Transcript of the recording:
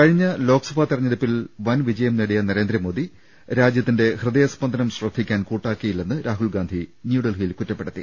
കഴിഞ്ഞ ലോക്സഭാ തെര ഞ്ഞെടുപ്പിൽ വൻ വിജയം നേടിയ നരേന്ദ്രമോദി രാജ്യത്തിന്റെ ഹൃദയ സ്പന്ദനം ശ്രദ്ധിക്കാൻ കൂട്ടാക്കിയില്ലെന്ന് രാഹൂൽഗാന്ധി ന്യൂഡൽഹിയിൽ കുറ്റപ്പെടുത്തി